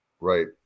right